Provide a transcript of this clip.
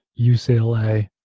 UCLA